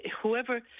whoever